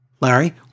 Larry